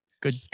Good